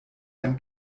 ein